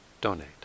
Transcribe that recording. donate